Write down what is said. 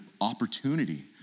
opportunity